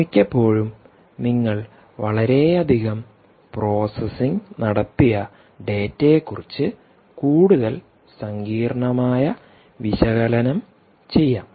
മിക്കപ്പോഴും നിങ്ങൾ വളരെയധികം പ്രോസസ്സിംഗ്നടത്തിയ ഡാറ്റയെക്കുറിച്ച് കൂടുതൽ സങ്കീർണ്ണമായ വിശകലനം ചെയ്യാം